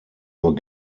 nur